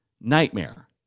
Nightmare